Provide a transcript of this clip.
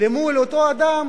למול אותו אדם